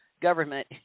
government